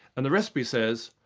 and the recipe says,